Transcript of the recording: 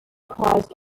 caused